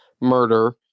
murder